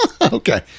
Okay